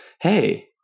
hey